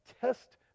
Test